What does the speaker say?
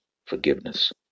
Forgiveness